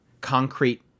concrete